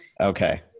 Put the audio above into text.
okay